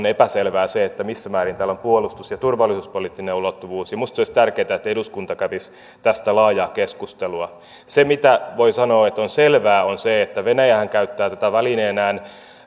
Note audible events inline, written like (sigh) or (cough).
(unintelligible) epäselvää se missä määrin tällä on puolustus ja turvallisuuspoliittinen ulottuvuus minusta olisi tärkeätä että eduskunta kävisi tästä laajaa keskustelua se minkä voi sanoa olevan selvää on se että venäjähän käyttää tätä välineenään